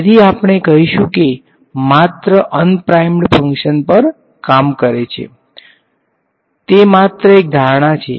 તેથી આપણે કહીશું કે માત્ર અનપ્રાઈમ્ડ ફંકશન પર કામ કરે છે તેથી તે માત્ર એક ધારણા છે